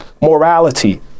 morality